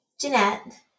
Jeanette